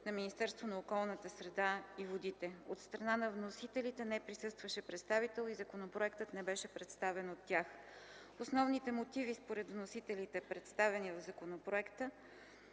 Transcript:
на Министерството на околната среда и водите. От страна на вносителите за пореден път не присъстваше представител и законопроектът не беше представен от тях. Основните мотиви според вносителите, представени в законопроекта,